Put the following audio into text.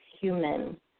human